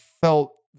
felt